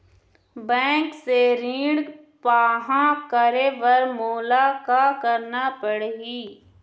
Bank से ऋण पाहां करे बर मोला का करना पड़ही?